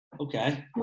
Okay